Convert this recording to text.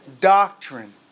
doctrine